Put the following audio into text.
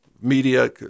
media